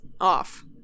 off